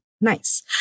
Nice